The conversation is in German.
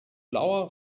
blauer